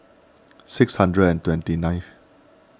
six hundred and twenty nine